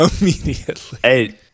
immediately